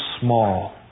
small